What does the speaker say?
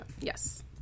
Yes